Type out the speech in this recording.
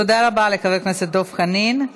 תודה רבה לחבר הכנסת דב חנין.